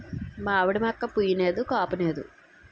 మావిడి మోక్క పుయ్ నేదు కాపూనేదు